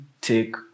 take